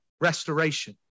restoration